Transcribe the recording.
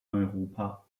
europa